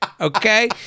Okay